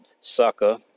Sucker